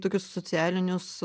tokius socialinius